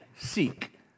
Seek